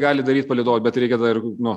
gali daryt palydovai bet reikia tada ir nu